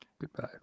Goodbye